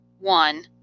One